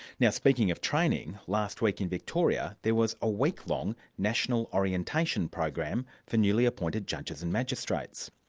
now speaking of training, last week in victoria there was a week-long national orientation program for newly appointed judges and magistrates.